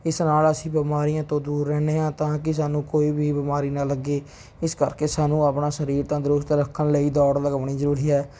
ਇਸ ਨਾਲ ਅਸੀਂ ਬਿਮਾਰੀਆਂ ਤੋਂ ਦੂਰ ਰਹਿੰਦੇ ਹਾਂ ਤਾਂ ਕਿ ਸਾਨੂੰ ਕੋਈ ਵੀ ਬਿਮਾਰੀ ਨਾ ਲੱਗੇ ਇਸ ਕਰਕੇ ਸਾਨੂੰ ਆਪਣਾ ਸਰੀਰ ਤੰਦਰੁਸਤ ਰੱਖਣ ਲਈ ਦੌੜ ਲਗਾਉਣੀ ਜ਼ਰੂਰੀ ਹੈ